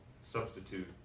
substitute